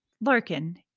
Larkin